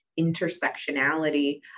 intersectionality